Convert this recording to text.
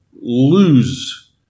lose